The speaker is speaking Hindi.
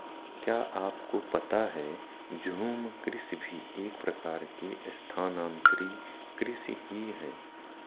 क्या आपको पता है झूम कृषि भी एक प्रकार की स्थानान्तरी कृषि ही है?